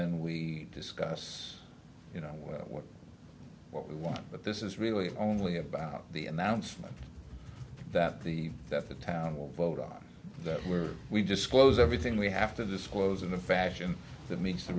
then we discuss you know what we want but this is really only about the announcement that the that the town will vote on that where we disclose everything we have to disclose in a fashion that meets the